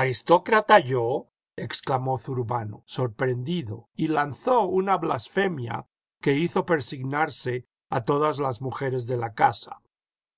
aristócrata jaristócrata yo exclamó zurbano sorprendido y lanzó una blasfemia que hizo persignarse a todas las mujeres de la casa